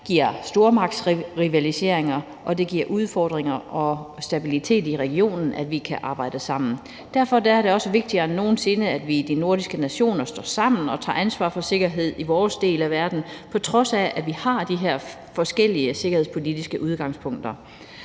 giver stormagtsrivalisering, og det giver udfordringer, men stabilitet i regionerne, at vi kan arbejde sammen. Derfor er det også vigtigere end nogen sinde, at vi i de nordiske nationer står sammen og tager ansvar for sikkerheden i vores del af verden, på trods af at vi har de her forskellige sikkerhedspolitiske udgangspunkter.